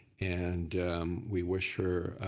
and we wish her